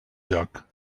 lloc